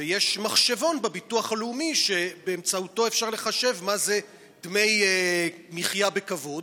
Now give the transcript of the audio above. ויש מחשבון בביטוח הלאומי שבאמצעותו אפשר לחשב מה זה דמי מחיה בכבוד,